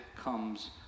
comes